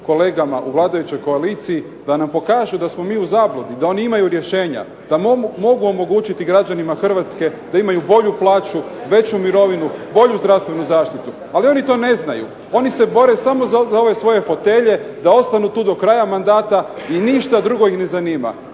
kolegama u vladajućoj koaliciji da nam pokažu da smo mi u zabludi, da oni imaju rješenja, da mogu omogućiti građanima Hrvatske da imaju bolju plaću, veću mirovinu, bolju zdravstvenu zaštitu. Ali oni to ne znaju, oni se bore samo za ove svoje fotelje, da ostanu tu do kraja mandata i ništa drugo ih ne zanima.